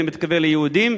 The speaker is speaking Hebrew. אני מתכוון ליהודים,